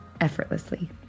effortlessly